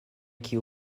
kio